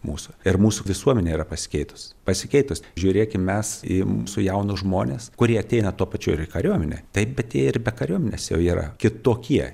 mūsų ir mūsų visuomenė yra pasikeitus pasikeitus žiūrėkim mes į mūsų jaunus žmones kurie ateina tuo pačiu ir į kariuomenę taip bet jie ir be kariuomenės jau yra kitokie